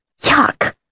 Yuck